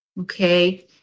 Okay